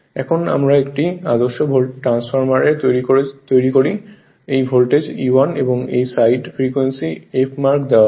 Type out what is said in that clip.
এখন আমরা একটি আদর্শ ট্রান্সফরমার তৈরি করি যা এই ভোল্টেজ E1 কে এই সাইড ফ্রিকোয়েন্সি f মার্ক দেওয়া হয়